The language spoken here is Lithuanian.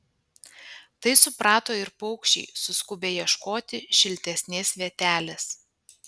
tai suprato ir paukščiai suskubę ieškoti šiltesnės vietelės